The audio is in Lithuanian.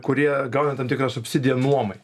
kurie gauna tam tikrą subsidiją nuomai